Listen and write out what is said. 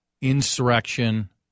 insurrection